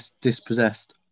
dispossessed